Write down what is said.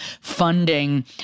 funding